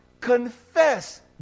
confess